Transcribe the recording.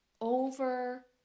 over